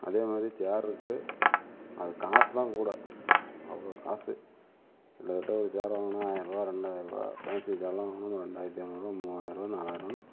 அதே மாதிரி சேருக்கு அது காசு தான் கூட அவ்வளோ காசு கிட்ட தட்ட ஒரு சேர் வாங்குன்னா ஆயரூவா ரெண்டாயரூவா ஃபேன்சி சேர்லாம் வாங்கினா ரெண்டாயிரத்தி ஐநூறுபா மூவாயரூபா நாலாயர்பானு